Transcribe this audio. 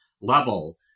level